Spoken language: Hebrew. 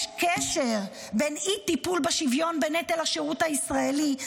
יש קשר בין אי-טיפול בשוויון בנטל השירות הישראלי,